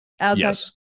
Yes